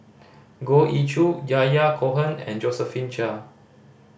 Goh Ee Choo Yahya Cohen and Josephine Chia